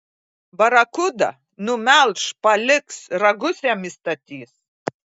barakuda numelš paliks ragus jam įstatys